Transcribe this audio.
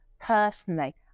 personally